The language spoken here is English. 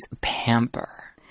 Pamper